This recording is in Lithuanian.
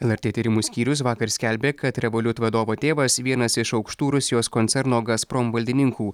lrt tyrimų skyrius vakar skelbė kad revolut vadovo tėvas vienas iš aukštų rusijos koncerno gazprom valdininkų